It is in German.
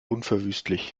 unverwüstlich